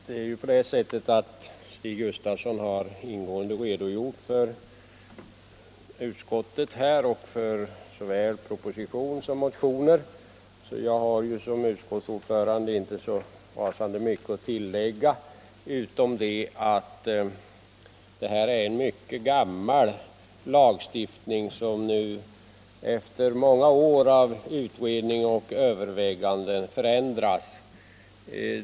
Herr talman! Herr Gustafsson i Stockholm har ingående redogjort såväl för utskottets betänkande som för proposition och motioner. Jag skall i egenskap av utskottets ordförande inte tillägga särskilt mycket, men jag vill ändå framhålla att det är en mycket gammal lagstiftning som nu förändras efter många år av utredning och överväganden.